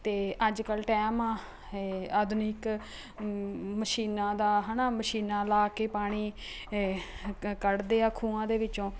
ਅਤੇ ਅੱਜ ਕੱਲ੍ਹ ਟਾਈਮ ਏ ਆਧੁਨਿਕ ਮਸ਼ੀਨਾਂ ਦਾ ਹੈ ਨਾ ਮਸ਼ੀਨਾਂ ਲਾ ਕੇ ਪਾਣੀ ਹੇ ਕੱ ਕੱਢਦੇ ਆ ਖੂਹਾਂ ਦੇ ਵਿੱਚੋਂ